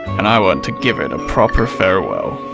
and i want to give it a proper farewell.